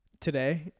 today